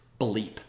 bleep